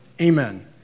amen